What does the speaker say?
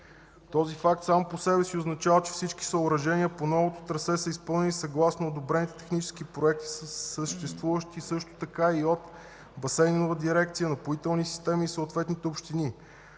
Този факт сам по себе си означава, че всички съоръжения по новото трасе са изпълнени съгласно одобрените технически проекти, съгласувани също така и от Басейнова дирекция, „Напоителни системи” и съответните общини,